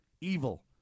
evil